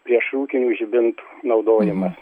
priešrūkinių žibintų naudojimą